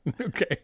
Okay